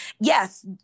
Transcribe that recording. Yes